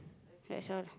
that's all